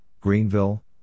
Greenville